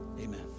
amen